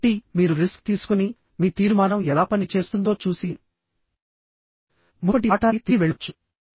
కాబట్టి మీరు రిస్క్ తీసుకొని మీ తీర్మానం ఎలా పని చేస్తుందో చూసి మునుపటి పాఠానికి తిరిగి వెళ్ళవచ్చు